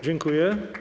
Dziękuję.